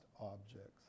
objects